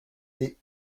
des